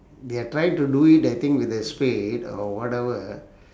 they're trying to do it that thing with the spade or whatever